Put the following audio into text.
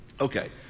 Okay